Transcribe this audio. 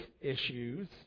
issues